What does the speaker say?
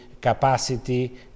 capacity